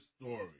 story